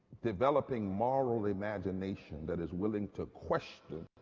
developing moral imagination that is willing to question